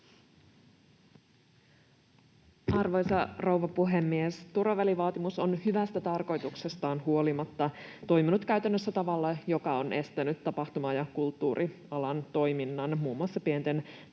Arvoisa rouva puhemies! Turvavälivaatimus on hyvästä tarkoituksestaan huolimatta toiminut käytännössä tavalla, joka on estänyt tapahtuma- ja kulttuurialan toiminnan, muun muassa pienten